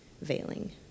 veiling